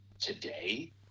today